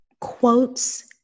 Quotes